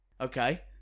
okay